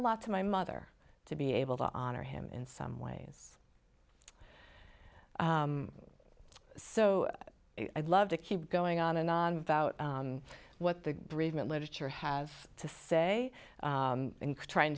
a lot to my mother to be able to honor him in some ways so i'd love to keep going on and on about what the bridgeman literature have to say in trying